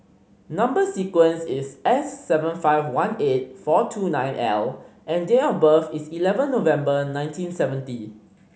number sequence is S seven five one eight four two nine L and date of birth is eleven November nineteen seventy